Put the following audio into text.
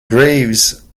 graves